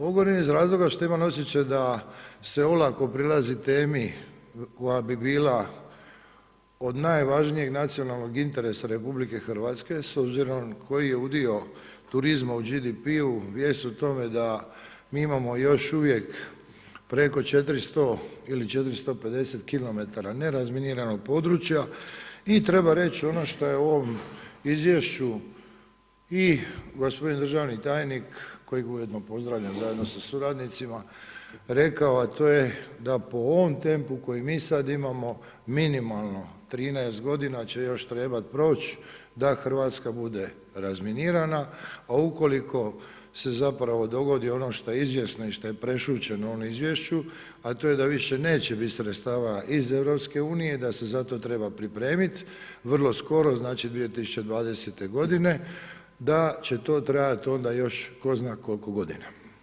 Ovo govorim iz razloga što imam osjećaj da se olako proizlazi temi koja bi bila od najvažnijeg nacionalnog interesa RH, s obzirom koji je udio turizma u GDP-u vijest o tome da mi imamo još uvijek preko 400 ili 450 km ne razminiranog područja i treba reći ono što je u ovom izvješću i gospodin državni tajnik, kojeg ujedno pozdravljam zajedno sa suradnicima, rekao a to je da po ovom tempu koji mi sad imamo, minimalno 13 godina će još trebati proć da Hrvatska bude razminirana a ukoliko se zapravo dogodi ono što je izvjesno i šta je prešućeno u ovom izvješću, a to je da više neće sredstava iz EU-a da se za to treba pripremiti, vrlo skoro, znači 2020. godine, da će to trajati onda tko zna koliko godina.